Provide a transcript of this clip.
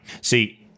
See